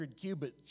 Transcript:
cubits